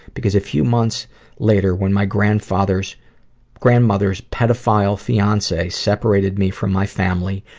because a few months later when my grandmother's grandmother's pedophile fiance separated me from my family,